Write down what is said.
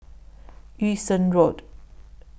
Yung Sheng Road